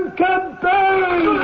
campaign